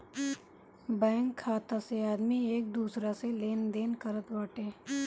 bank खाता से आदमी एक दूसरा से लेनदेन करत बाटे